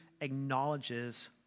acknowledges